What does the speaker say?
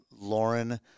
Lauren